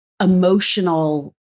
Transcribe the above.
emotional